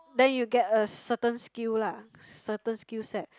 then you get a certain skill lah certain skill set